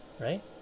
right